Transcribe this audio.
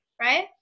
right